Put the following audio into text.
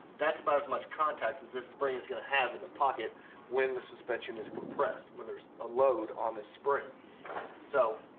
that's about as much contact as this spring is going to have in the pocket when the suspension is compressed when there's a load on this spring so,